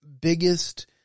biggest